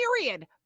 Period